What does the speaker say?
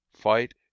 Fight